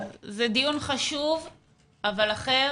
דיון חשוב אבל אחר.